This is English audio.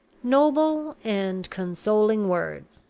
noble and consoling words!